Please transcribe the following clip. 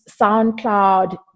SoundCloud